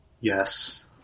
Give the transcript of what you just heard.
Yes